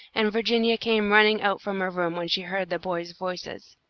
and virginia came running out from her room when she heard the boys' voices.